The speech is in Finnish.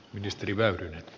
herra puhemies